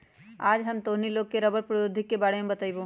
आज हम तोहनी लोग के रबड़ प्रौद्योगिकी के बारे में बतईबो